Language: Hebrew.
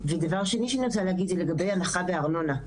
דבר שני שאני רוצה להגיד זה לגבי הנחה בארנונה.